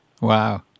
Wow